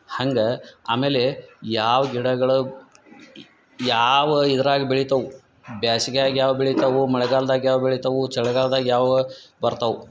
ಹಂಗೆ ಆಮ್ಯಾಲೆ ಯಾವ ಗಿಡಗಳ ಯಾವ ಇದ್ರಾಗ ಬೆಳಿತವೆ ಬ್ಯಾಸ್ಗೆಯಾಗ ಯಾವ ಬೆಳಿತಾವೂ ಮಳೆಗಾಲ್ದಾಗ ಯಾವ ಬೆಳಿತಾವೂ ಚಳಿಗಾಲ್ದಾಗ ಯಾವ ಬರ್ತಾವು